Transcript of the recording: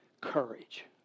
courage